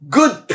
good